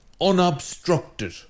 unobstructed